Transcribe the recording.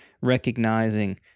recognizing